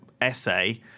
essay